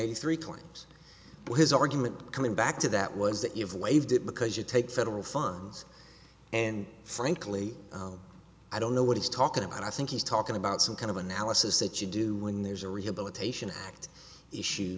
eighty three coins his argument coming back to that was that you've waived it because you take federal funds and frankly i don't know what he's talking about i think he's talking about some kind of analysis that you do when there's a rehabilitation act issue